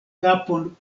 kapon